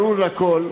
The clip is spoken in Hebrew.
ברור לכול,